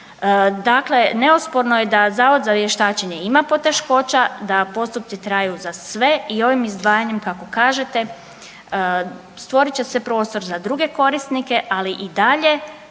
Dakle, neosporno je da Zavod za vještačenje ima poteškoća, da postupci traju za sve i ovim izdvajanjem kako kažete stvorit će se prostor za druge korisnike, ali i dalje